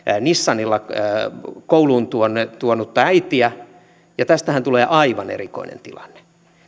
nissanilla lapsen kouluun tuonutta tuonutta äitiä ja tästähän tulee aivan erikoinen tilanne